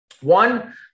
One